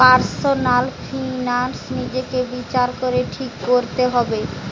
personal finance নিজেকে বিচার করে ঠিক কোরতে হবে